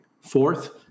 Fourth